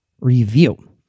review